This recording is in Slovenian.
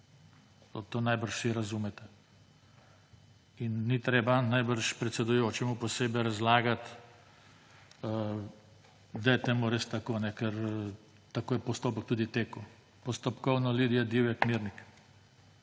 To najbrž vsi razumete. In ni treba najbrž predsedujočemu posebej razlagati, da je temu res tako, ker tako je postopek tudi tekel. Postopkovno ima Lidija Divjak Mirnik.